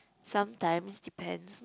sometimes depends